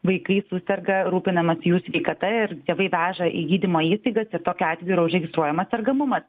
vaikai suserga rūpinamasi jų sveikata ir tėvai veža į gydymo įstaigas ir tokiu atveju yra užregistruojamas sergamumas